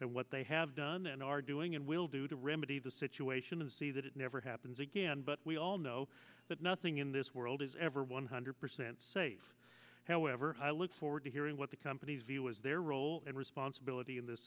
and what they have done and are doing and will do to remedy the situation and see that it never happens again but we all know that nothing in this world is ever one hundred percent safe however i look forward to hearing what the companies view as their role and responsibility in this